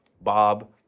Bob